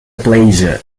pleasure